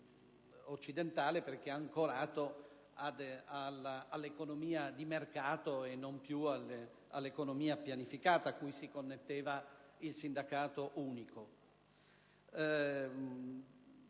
occidentale perché ancorato all'economia di mercato e non più all'economia pianificata cui si connetteva il sindacato unico.